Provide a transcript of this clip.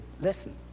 listen